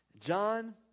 John